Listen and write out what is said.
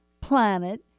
planet